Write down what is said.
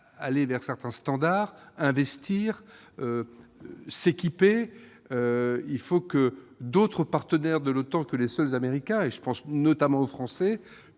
de certains standards, investir et s'équiper. Il faut que d'autres membres de l'OTAN que les seuls Américains- je pense notamment aux Français